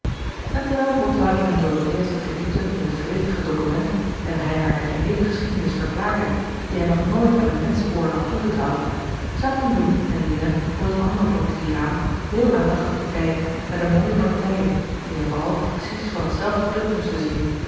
en terwijl botwater en dorethea zich verdiepten in het gewichtige document en hij haar de geheele geschiedenis verklaarde die hij nog nooit aan een menschenoor had toevertrouwd zaten louis en lina voor het andere portier raam heel aandachtig te kijken naar de mooie partijen die zij vooral precies van hetzelfde punt moesten zien